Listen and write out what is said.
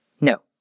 No